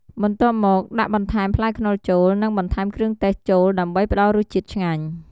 បន្ទាប់មកដាក់បន្ថែមផ្លែខ្នុរចូល និង បន្ថែមគ្រឿងទេសចូលដើម្បីផ្តល់រសជាតិឆ្ងាញ់។